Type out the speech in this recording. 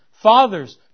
fathers